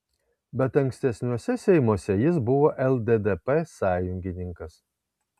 bet ankstesniuose seimuose jis buvo lddp sąjungininkas